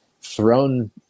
thrown